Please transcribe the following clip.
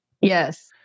Yes